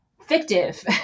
fictive